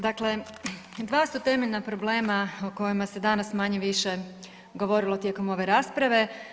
Dakle, dva su temeljna problema o kojima se danas manje-više govorilo tijekom ove rasprave.